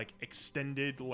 extended